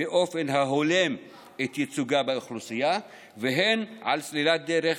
באופן ההולם את ייצוגה באוכלוסייה והן על סלילת דרך,